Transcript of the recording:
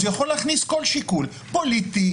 הוא יכול להכניס כל שיקול פוליטי,